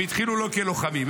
הם התחילו לא כלוחמים.